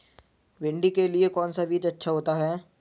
भिंडी के लिए कौन सा बीज अच्छा होता है?